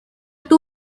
two